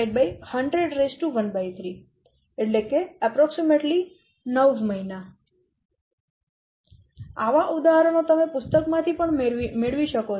63 ≅ 9 મહિના આવા ઉદાહરણો તમે પુસ્તકમાંથી પણ મેળવી શકો છો